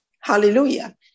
Hallelujah